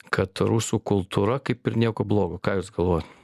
kad rusų kultūra kaip ir nieko blogo ką jūs galvojat